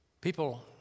People